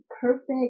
Perfect